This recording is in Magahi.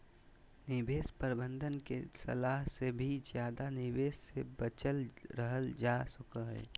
निवेश प्रबंधक के सलाह से भी ज्यादा निवेश से बचल रहल जा सको हय